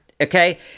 Okay